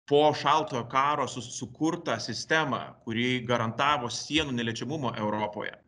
po šaltojo karo su sukurtą sistemą kuri garantavo sienų neliečiamumą europoje